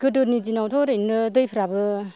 गोदोनि दिनावथ' ओरैनो दैफ्राबो